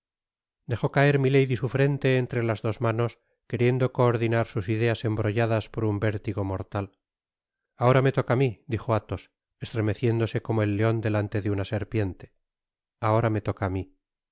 dejó caer milady su frente entre las dos manos queriendo coordinar sus ideas embrolladas por un vértigo mortal ahora me toca á mi dijo athos estremeciéndose como el leon delante una serpiente ahora me toca á mi me